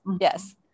yes